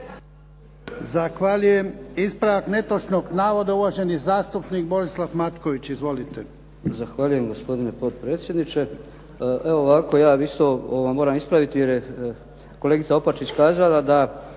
Zahvaljujem. Ispravak netočnog navoda uvaženi zastupnik Borislav Matković. Izvolite.